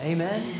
Amen